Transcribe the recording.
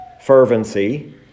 fervency